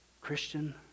Christian